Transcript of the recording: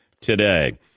today